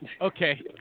Okay